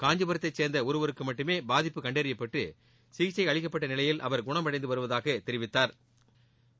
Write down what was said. காஞ்சிபுரத்தை சேன்ந்த ஒருவருக்கு மட்டுமே பாதிப்பு கண்டறியப்பட்டு சிகிச்சை அளிக்கப்பட்ட நிலையில் அவர் குண்மடைந்து வருவதாக தெரிவித்தாா்